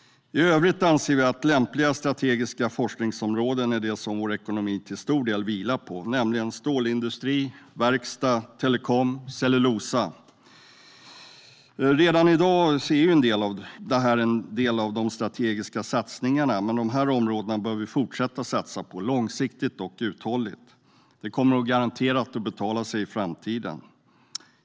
I övrigt anser vi att lämpliga strategiska forskningsområden är det som vår ekonomi till stor del vilar på, nämligen stålindustri, verkstad, telekom och cellulosa. Redan i dag är en del av detta strategiska satsningar. De här områdena bör vi fortsätta att satsa på, långsiktigt och uthålligt. Det kommer garanterat att betala sig i framtiden.